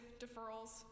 deferrals